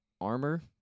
armor